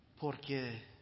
Porque